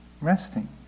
resting